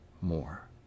more